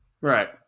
Right